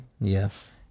Yes